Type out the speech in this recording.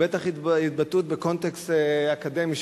ובטח התבטאות בקונטקסט אקדמי,